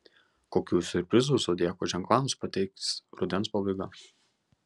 kokių siurprizų zodiako ženklams pateiks rudens pabaiga